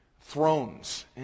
Thrones